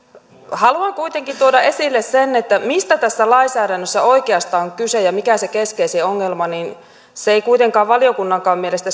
haluan kuitenkin tuoda esille sen mistä tässä lainsäädännössä oikeastaan on kyse ja mikä on se keskeisin ongelma se keskeisin asia ei kuitenkaan valiokunnankaan mielestä